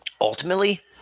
Ultimately